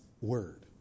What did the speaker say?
word